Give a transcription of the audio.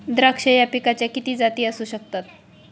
द्राक्ष या पिकाच्या किती जाती असू शकतात?